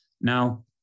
now